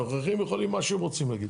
הנוכחיים יכולים מה שהם רוצים להגיד,